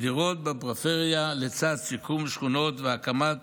דירות בפריפריה, לצד שיקום שכונות והקמת